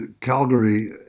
Calgary